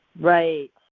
Right